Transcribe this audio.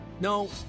no